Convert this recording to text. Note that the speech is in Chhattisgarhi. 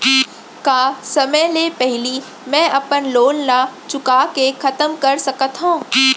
का समय ले पहिली में अपन लोन ला चुका के खतम कर सकत हव?